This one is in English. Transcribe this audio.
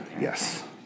Yes